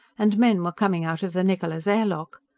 and men were coming out of the niccola's air lock,